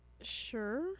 Sure